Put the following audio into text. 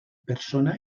persona